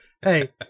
Hey